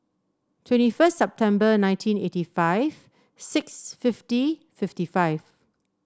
twenty first September nineteen eighty five six fifty fifty five